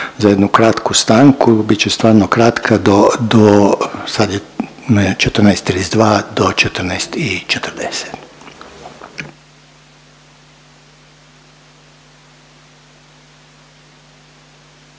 za jednu kratku stanku, bit će stvarno kratka do sad je 14,32 do 14,40.